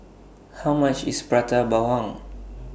How much IS Prata Bawang